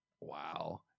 wow